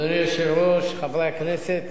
אדוני היושב-ראש, חברי הכנסת,